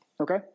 Okay